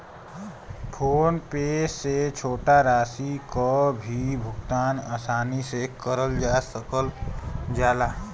phone पे से छोटा राशि क भी भुगतान आसानी से करल जा सकल जाला